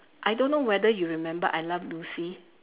I don't know whether you remember I love Lucy